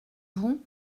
vous